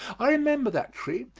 i remember that tree,